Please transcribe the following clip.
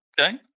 okay